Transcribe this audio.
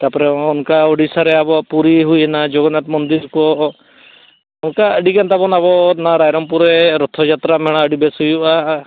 ᱛᱟᱨᱯᱚᱨᱮ ᱚᱱᱠᱟ ᱳᱰᱤᱥᱟ ᱨᱮᱭᱟᱜ ᱟᱵᱚ ᱯᱩᱨᱤ ᱦᱩᱭᱱᱟ ᱡᱚᱜᱚᱱᱱᱟᱛᱷ ᱢᱚᱱᱫᱤᱨ ᱠᱚ ᱚᱱᱠᱟ ᱟᱹᱰᱤ ᱜᱟᱱ ᱛᱟᱵᱚᱱ ᱱᱚᱣᱟ ᱨᱟᱭᱨᱚᱢᱯᱩᱨ ᱨᱚᱛᱷᱚ ᱡᱟᱛᱨᱟ ᱢᱮᱞᱟ ᱟᱹᱰᱤ ᱵᱮᱥ ᱦᱩᱭᱩᱜᱼᱟ